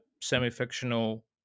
semi-fictional